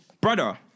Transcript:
Brother